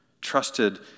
trusted